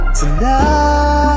tonight